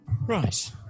Right